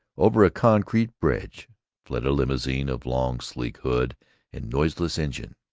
over a concrete bridge fled a limousine of long sleek hood and noiseless engine.